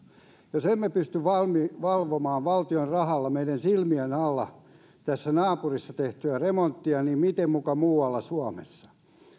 jos emme pysty valvomaan valtion rahalla meidän silmiemme alla tässä naapurissa tehtyä remonttia niin miten muka muualla suomessa